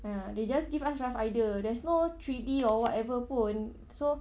ya they just give us rough idea there's no three D or whatever pun so